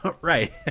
Right